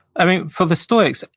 i mean, for the stoics,